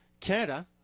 Canada